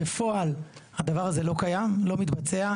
בפועל הדבר הזה לא קיים ולא מתבצע.